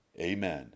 Amen